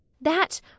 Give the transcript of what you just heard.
That